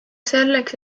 selleks